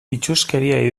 itsuskeria